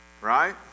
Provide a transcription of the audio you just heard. right